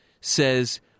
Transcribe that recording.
says